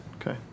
Okay